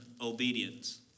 obedience